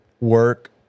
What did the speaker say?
work